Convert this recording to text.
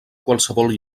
qualsevol